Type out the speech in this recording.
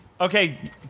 Okay